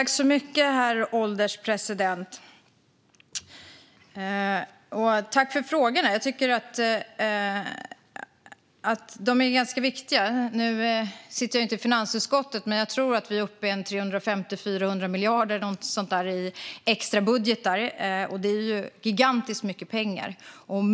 Herr ålderspresident! Jag tackar för frågorna. Jag tycker att de är ganska viktiga. Nu sitter jag inte i finansutskottet, men jag tror att vi är uppe i 350-400 miljarder i extrabudgetar. Det är gigantiskt mycket pengar.